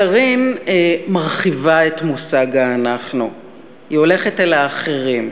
קארין מרחיבה את המושג "אנחנו"; היא הולכת אל האחרים,